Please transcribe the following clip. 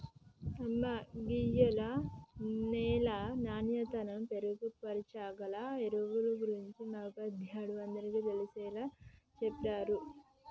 అమ్మ గీయాల నేల నాణ్యతను మెరుగుపరచాగల ఎరువుల గురించి మా ఉపాధ్యాయుడు అందరికీ తెలిసేలా చెప్పిర్రు